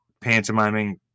pantomiming